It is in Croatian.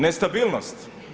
Nestabilnost.